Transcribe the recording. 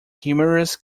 humorous